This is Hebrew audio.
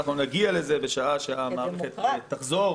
נגיע לזה בשעה שהמערכת תחזור